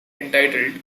entitled